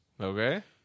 Okay